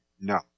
No